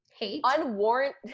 Unwarranted